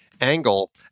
angle